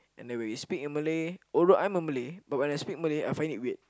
and then when we speak in Malay although I'm a Malay but when I speak Malay I find it weird